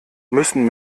müssen